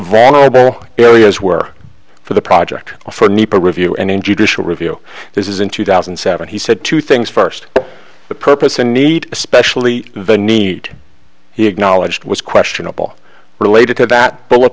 vulnerable areas were for the project for nepa review and in judicial review this is in two thousand and seven he said two things first the purpose a need especially the need he acknowledged was questionable related to that bullet